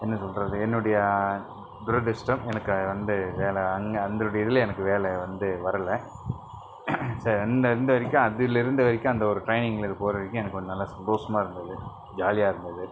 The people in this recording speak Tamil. என்ன சொல்கிறது என்னுடைய துரதிஷ்ட்டம் எனக்கு வந்து வேலை அந் அந்துடுடைய இதில் எனக்கு வேலை வந்து வரல இருந் இருந்தவரைக்கும் அதிலிருந்த வரைக்கும் அந்த ஒரு ட்ரையினிங்கில் போகிற வரைக்கும் எனக்கு கொஞ்சம் நல்லா சந்தோஷமாருந்தது ஜாலியாகருந்தது